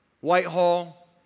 Whitehall